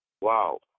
Wow